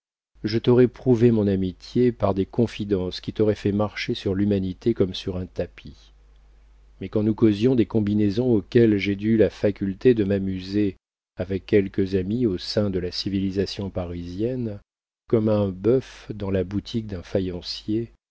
je t'aurais prouvé mon amitié par des confidences qui t'auraient fait marcher sur l'humanité comme sur un tapis mais quand nous causions des combinaisons auxquelles j'ai dû la faculté de m'amuser avec quelques amis au sein de la civilisation parisienne comme un bœuf dans la boutique d'un faïencier